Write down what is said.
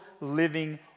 living